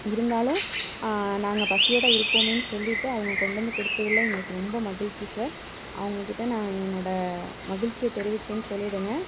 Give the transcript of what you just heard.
இருந்தாலும் நாங்கள் பசியோடு இருப்போமேனு சொல்லிட்டு அவங்க கொண்டு வந்து கொடுத்ததுல எங்களுக்கு ரொம்ப மகிழ்ச்சி சார் அவங்கக்கிட்ட நான் என்னோடய மகிழ்ச்சியை தெரிவித்தேன்னு சொல்லிவிடுங்க